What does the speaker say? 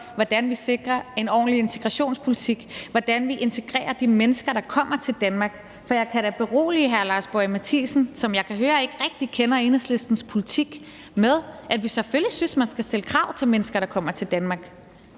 hvordan vi sikrer en ordentlig integrationspolitik, og hvordan vi integrerer de mennesker, der kommer til Danmark, for jeg kan da berolige hr. Lars Boje Mathiesen, som jeg kan høre ikke rigtig kender Enhedslistens politik, med, at vi selvfølgelig synes, man skal stille krav til mennesker, der kommer til Danmark.